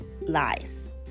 lies